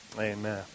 Amen